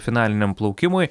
finaliniam plaukimui